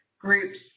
groups